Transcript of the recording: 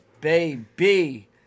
Baby